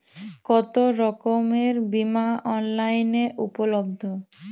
কতোরকমের বিমা অনলাইনে উপলব্ধ?